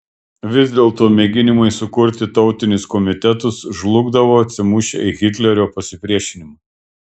vis dėlto mėginimai sukurti tautinius komitetus žlugdavo atsimušę į hitlerio pasipriešinimą